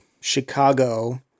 Chicago